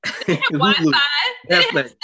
Wi-Fi